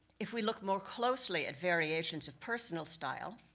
if we look more closely at variations of personal style,